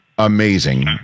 Amazing